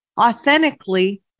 authentically